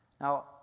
Now